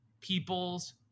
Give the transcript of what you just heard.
people's